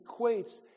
equates